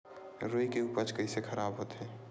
रुई के उपज कइसे खराब होथे?